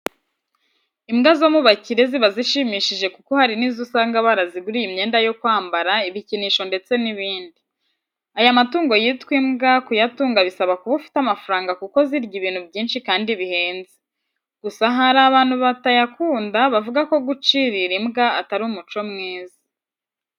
Imbwa zo mu bakire ziba zishimishije kuko hari n'izo usanga baraziguriye imyenda yo kwambara, ibikinisho ndetse n'ibindi. Aya matungo yitwa imbwa kayatunga bisaba kuba ufite amafaranga kuko zirya ibintu byinshi kandi bihenze. Gusa hari abantu batayakunda bavuga ko gucirira imbwa atari umuco mwiza.